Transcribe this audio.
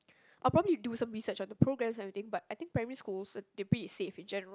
I probably do some research on the programmes and everything but I think primary schools they play it safe in general